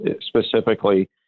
specifically